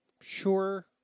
Sure